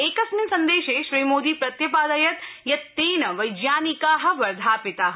एकस्मिन् सन्देशे श्रीमोदी प्रत्यपादयत् यत् तेन वझानिका वर्धापिता